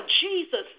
Jesus